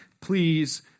please